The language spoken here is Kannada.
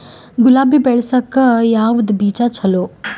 ಗುಲಾಬಿ ಬೆಳಸಕ್ಕ ಯಾವದ ಬೀಜಾ ಚಲೋ?